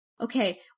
okay